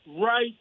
right